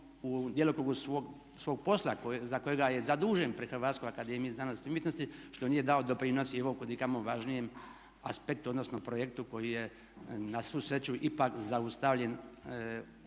u djelokrugu svog posla za kojega je zadužen pri Hrvatskoj akademiji znanosti i umjetnosti što nije dao doprinos i ovoj kudikamo važnijem aspektu odnosno projektu koji je na svu sreću ipak zaustavljen